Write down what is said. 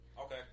Okay